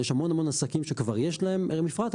יש המון-המון עסקים שכבר יש להם מפרט,